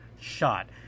shot